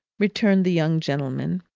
returned the young gentleman.